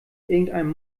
irgendeinem